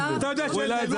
אני לא מבין.